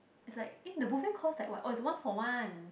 is like eh the buffet cost like oh is one for one